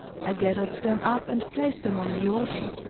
i gathered them up and placed them on the altar,